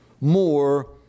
more